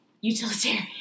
utilitarian